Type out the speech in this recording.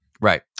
Right